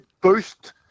boost